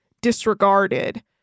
disregarded